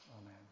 Amen